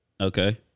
Okay